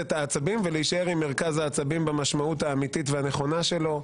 העצבים ולהישאר עם מרכז העצבים במשמעות האמיתית והנכונה שלו.